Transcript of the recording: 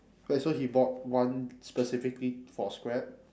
wait so he bought one specifically for scrap